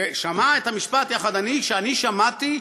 ושמע את המשפט שאני שמעתי: